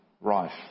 rife